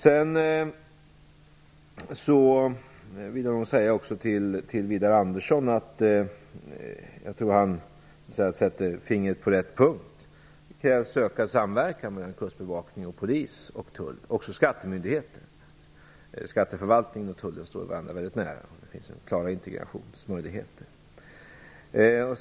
Jag tror att Widar Andersson sätter fingret på rätt punkt. Det krävs ökad samverkan mellan Kustbevakningen, Polisen och Tullen. Det gäller även skattemyndigheterna. Skatteförvaltningen och Tullen står ju varandra mycket nära. Det finns klara integrationsmöjligheter här.